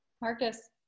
Marcus